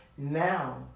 Now